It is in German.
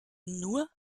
nur